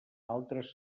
altres